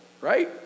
right